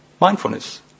mindfulness